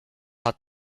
hat